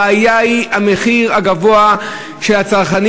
הבעיה היא המחיר הגבוה לצרכנים.